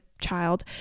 child